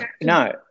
no